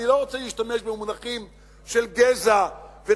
אני לא רוצה להשתמש במונחים של גזע וטהרתו.